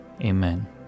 Amen